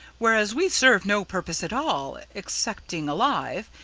whereas we serve no purpose at all, excepting alive,